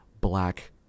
black